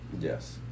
Yes